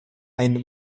ein